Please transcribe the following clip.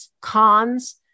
cons